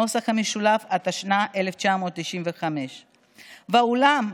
התשנ"ה 1995. ואולם,